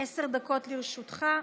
עשר דקות לרשותך.